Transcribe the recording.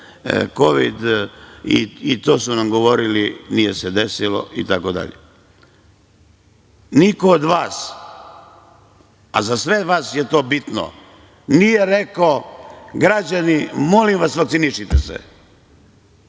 Kovid i to su nam govorili, nije se desilo itd. Niko od vas, a za sve vas je to bitno, nije rekao – građani, molim vas vakcinišite se.